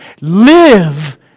Live